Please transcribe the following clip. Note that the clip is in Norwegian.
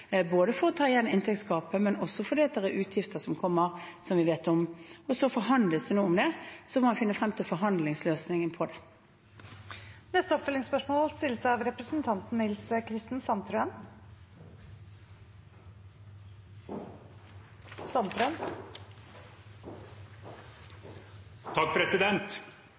både for å ta igjen inntektsgapet og fordi det kommer utgifter vi vet om. Så forhandles det nå om det, og man må finne frem til forhandlingsløsningen på det. Nils Kristen Sandtrøen